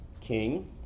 king